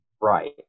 right